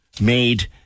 made